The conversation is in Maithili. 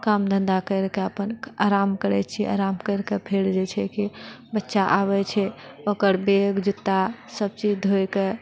काम धन्धा करिके अपन आराम करैत छिऐ आराम करिके फेर जे छै कि बच्चा आबै छै ओकर बैग जुता सभ चीज ढोइके